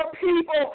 people